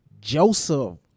Joseph